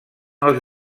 els